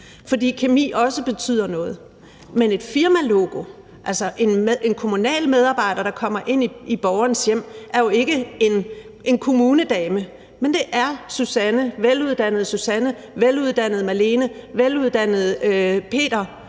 fordi kemi også betyder noget. Men en kommunal medarbejder, der kommer ind i borgerens hjem, er jo ikke en kommunedame; det er veluddannede Susanne, veluddannede Malene eller veluddannede Peter,